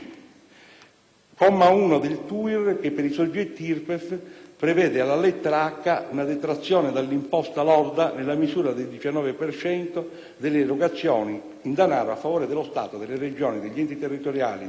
comma 1, del TUIR, che per i soggetti IRPEF prevede, alla lettera *h)*, una detrazione dall'imposta lorda, nella misura del 19 per cento, delle erogazioni in denaro a favore dello Stato, delle Regioni, degli enti territoriali, di enti ed